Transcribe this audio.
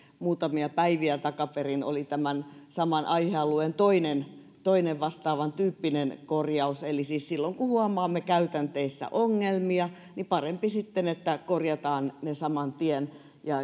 muutamia päiviä takaperin oli tämän saman aihealueen toinen toinen vastaavan tyyppinen korjaus eli siis silloin kun huomaamme käytänteissä ongelmia on parempi sitten että korjataan ne saman tien